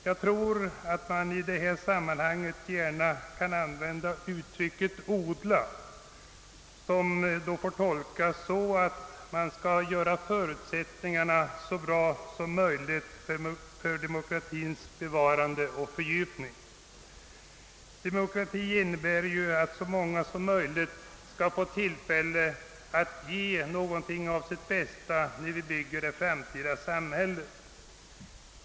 Jag tror att man i detta sammanhang gärna kan använda uttrycket odla, som då får tolkas på det sättet att man gör förutsättningarna så bra som möjligt för demokratins bevarande och fördjupande. Demokratin innebär att så många som möjligt skall få tillfälle att ge någonting av sitt bästa när vi bygger det framtida samhället.